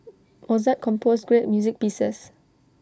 Mozart composed great music pieces